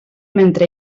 mentre